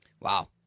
Wow